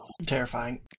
Terrifying